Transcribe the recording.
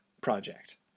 project